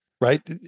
right